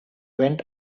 went